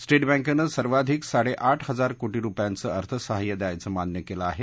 state बँकेनं सर्वाधिक साडे आठ हजार कोटी रुपयांचं अर्थसहाय्य द्यायचं मान्य केलं आहे